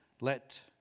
Let